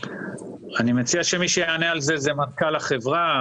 אני מציע שיענה על זה מנכ"ל החברה,